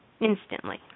instantly